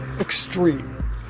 extreme